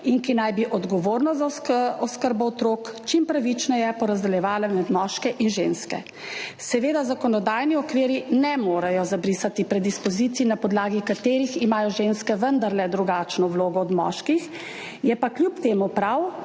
in ki naj bi odgovornost za oskrbo otrok čim pravičneje porazdeljevale med moške in ženske. Seveda zakonodajni okviri ne morejo zabrisati predispozicij, na podlagi katerih imajo ženske vendarle drugačno vlogo od moških, je pa kljub temu prav,